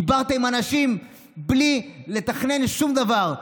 דיברתי עם אנשים בלי לתכנן שום דבר.